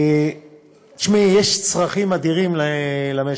תשמעי, יש צרכים אדירים למשק.